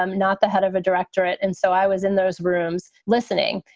um not the head of a directorate. and so i was in those rooms listening,